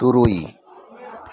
ᱛᱩᱨᱩᱭ